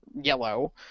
yellow